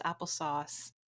applesauce